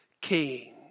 King